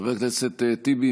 חבר הכנסת טיבי,